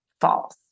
false